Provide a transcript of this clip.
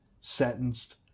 sentenced